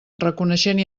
reconeixent